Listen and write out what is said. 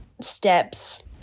steps